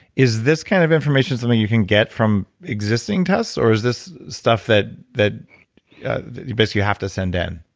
is this kind of information something you can get from existing tests, or is this stuff that that you basically have to send in?